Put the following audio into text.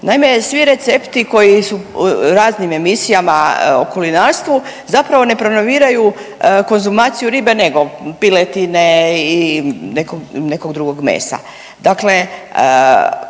Naime, svi recepti koji su u raznim emisijama o kulinarstvu zapravo ne promoviraju konzumaciju ribe nego piletine i nekog drugog mesa. Dakle,